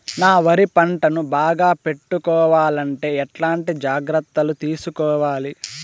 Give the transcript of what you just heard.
నా వరి పంటను బాగా పెట్టుకోవాలంటే ఎట్లాంటి జాగ్రత్త లు తీసుకోవాలి?